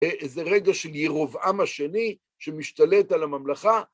איזה רגע של ירובעם השני שמשתלט על הממלכה.